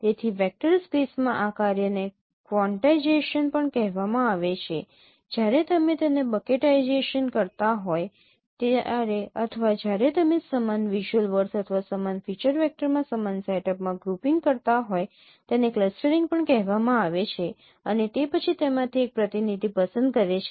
તેથી વેક્ટર સ્પેસમાં આ કાર્યને ક્વોન્ટાઈઝેશન પણ કહેવામાં આવે છે જ્યારે તમે તેમને બકેટાઇઝિંગ કરતાં હોય ત્યારે અથવા જ્યારે તમે સમાન વિઝ્યુઅલ વર્ડસ અથવા સમાન ફીચર વેક્ટરમાં સમાન સેટઅપમાં ગ્રુપીંગ કરતા હોય તેને ક્લસ્ટરિંગ પણ કહેવામાં આવે છે અને તે પછી તેમાંથી એક પ્રતિનિધિ પસંદ કરે છે